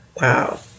Wow